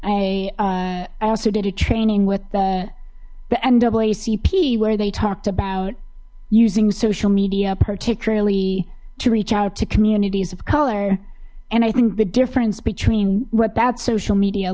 i i also did a training with the the n double a cp where they talked about using social media particularly to reach out to communities of color and i think the difference between what that social media